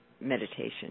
meditation